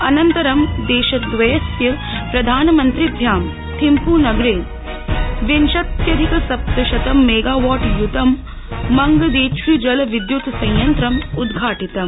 अनन्तरं देशद्वयस्य प्रधानमन्त्रिभ्याम् थिम्पूनगरे विंशत्यधिक सप्तशतं मेगावॉट युतं मंगदेचृ जलविद्युत संयन्त्रम् उदघाटितम्